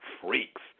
freaks